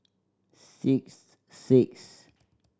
six six